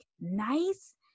nice